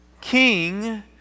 King